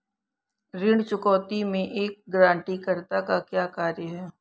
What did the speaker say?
ऋण चुकौती में एक गारंटीकर्ता का क्या कार्य है?